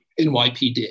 NYPD